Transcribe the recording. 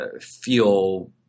feel